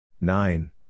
nine